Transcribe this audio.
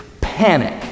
panic